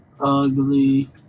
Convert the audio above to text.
ugly